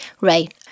Right